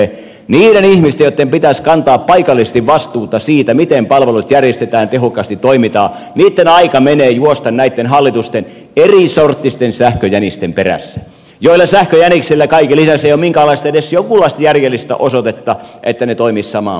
niiden ihmisten joitten pitäisi kantaa paikallisesti vastuuta siitä miten palvelut järjestetään tehokkaasti toimitaan aika menee näitten hallitusten erisorttisten sähköjänisten perässä juoksemiseen ja näillä sähköjäniksillä kaiken lisäksi ei ole minkäänlaista edes jonkunlaista järjellistä osoitetta että ne toimisivat samaan maaliin